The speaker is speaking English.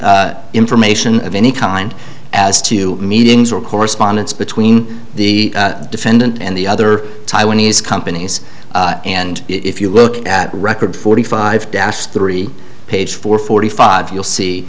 need information of any kind as to meetings or correspondence between the defendant and the other taiwanese companies and if you look at record forty five das three page four forty five you'll see